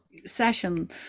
session